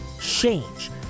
change